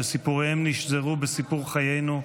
שסיפוריהם נשזרו בסיפור חיינו,